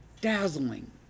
Dazzling